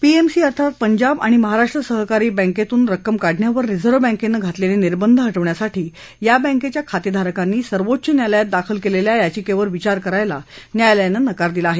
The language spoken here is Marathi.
पीएमसी अर्थात पंजाब आणि महाराष्ट्र सहकारी बँकेतून रक्कम काढण्यावर रिजर्व बँकेनं घातलेले निर्बंध हटवण्यासाठी या बँकेच्या खातेधारकांनी सर्वोच्च न्यायालयात दाखल केलेल्या याचिकेवर विचार करायला न्यायालयानं नकार दिला आहे